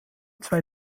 zwei